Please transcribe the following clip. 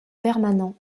permanent